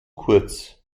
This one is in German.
kurz